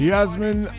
Yasmin